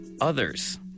others